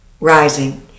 rising